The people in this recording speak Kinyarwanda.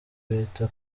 bita